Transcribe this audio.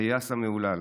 הטייס המהולל,